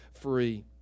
free